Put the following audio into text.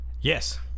yes